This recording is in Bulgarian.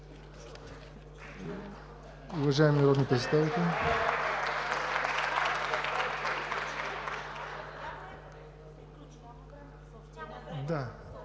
Уважаеми народни представители,